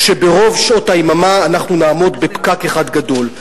ברוב שעות היממה אנחנו נעמוד בפקק אחד גדול.